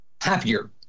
happier